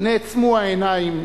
"נעצמו העיניים,